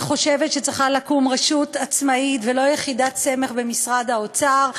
אני חושבת שצריכה לקום רשות עצמאית ולא יחידת סמך במשרד האוצר.